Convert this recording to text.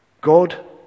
God